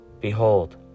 Behold